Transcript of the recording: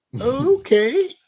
okay